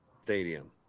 stadium